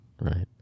right